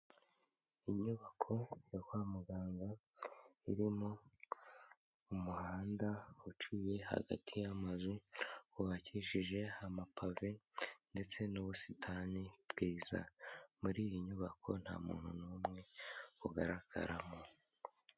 Inyubako ya kwa muganga irimo umuhanda uciye hagati y'amazu, wubakishije amapave ndetse n'ubusitani bwiza, muri iyi nyubako nta muntu n'umwe ugaragaramo.